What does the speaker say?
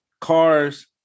cars